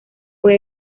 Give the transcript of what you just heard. fue